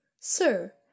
sir